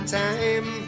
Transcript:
time